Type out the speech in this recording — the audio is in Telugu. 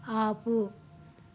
ఆపు